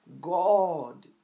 God